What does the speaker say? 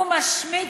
הוא משמיץ,